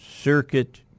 Circuit